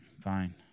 fine